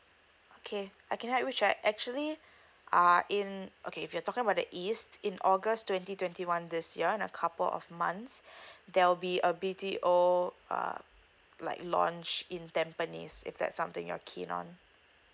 okay I can like which I actually uh in okay if you talk about the east in august twenty twenty one this year in a couple of months there will be a B_T_O uh like launch in tampines if that's something you're keen on